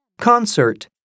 Concert